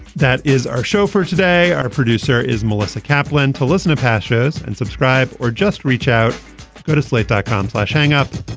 that is our show for today. our producer is melissa kaplan to listen to passages and subscribe or just reach out go to slate dot com slash hang up.